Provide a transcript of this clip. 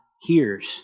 hears